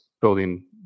building